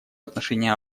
отношении